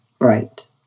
right